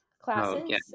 classes